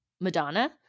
Madonna